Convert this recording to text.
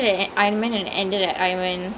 ya அதேதான்:athethaan ya